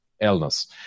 illness